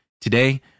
Today